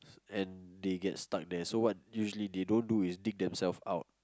and they get stuck there so what usually they don't do is dig themselves out